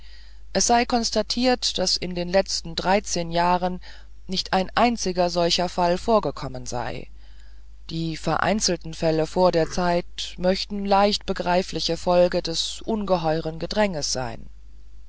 es sei konstatiert daß in den letzten dreizehn jahren nicht ein einziger solcher fall vorgekommen sei die vereinzelten fälle vor der zeit möchten leichtbegreifliche folgen des ungeheuren gedränges sein